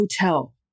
hotel